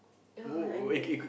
ya anyway